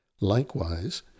Likewise